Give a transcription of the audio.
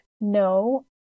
No